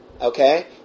Okay